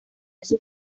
sus